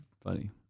funny